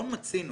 לא מצינו